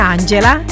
Angela